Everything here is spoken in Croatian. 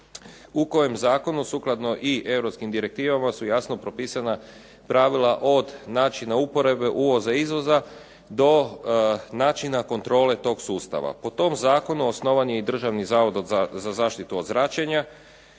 u kojem zakonu sukladno i europskim direktivama su jasno propisana pravila od načina uporabe, izvoza, uvoza do načina kontrole tog sustava. Po tom zakonu osnovan je i Državni zavod za zaštitu od zračenja